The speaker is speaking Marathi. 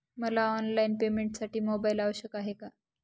मला ऑनलाईन पेमेंटसाठी मोबाईल आवश्यक आहे का?